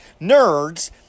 nerds